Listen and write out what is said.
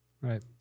Right